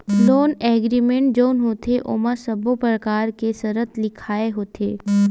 loan agreement जउन होथे ओमा सब्बो परकार के सरत लिखाय होथे